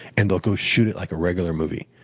and they'll go shoot it like a regular movie,